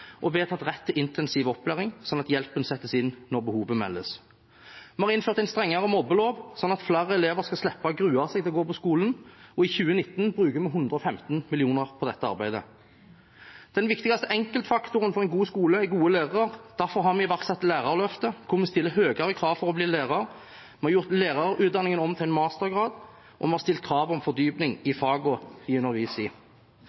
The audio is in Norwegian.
intensiv opplæring, sånn at hjelpen settes inn når behovet meldes. Vi har innført en strengere mobbelov, sånn at flere elever skal slippe å grue seg til å gå på skolen, og i 2019 bruker vi 115 mill. kr på dette arbeidet. Den viktigste enkeltfaktoren for en god skole er gode lærere. Derfor har vi iverksatt lærerløftet, hvor vi stiller høyere krav for å bli lærer, vi har gjort lærerutdanningen om til en mastergrad, og vi har stilt krav om fordypning i fagene man underviser i.